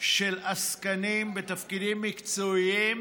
של עסקנים בתפקידים מקצועיים.